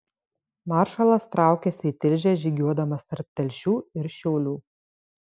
maršalas traukėsi į tilžę žygiuodamas tarp telšių ir šiaulių